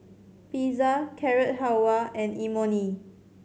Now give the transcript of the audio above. Pizza Carrot Halwa and Imoni